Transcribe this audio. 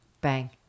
Bang